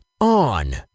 On